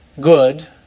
good